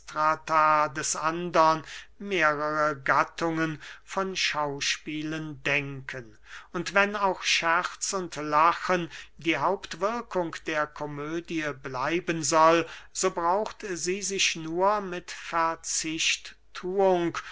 des andern mehrere gattungen von schauspielen denken und wenn auch scherz und lachen die hauptwirkung der komödie bleiben soll so braucht sie sich nur mit verzichtthuung